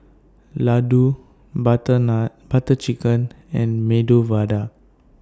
Ladoo Butter Chicken and Medu Vada